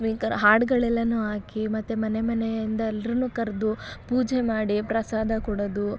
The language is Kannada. ಸ್ಪೀಕರ್ ಹಾಡುಗಳೆಲ್ಲವೂ ಹಾಕಿ ಮತ್ತೆ ಮನೆ ಮನೆಯಿಂದ ಎಲ್ರನ್ನೂ ಕರೆದು ಪೂಜೆ ಮಾಡಿ ಪ್ರಸಾದ ಕೊಡೋದು